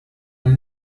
han